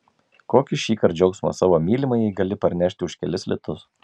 kokį šįkart džiaugsmą savo mylimajai gali parnešti už kelis litus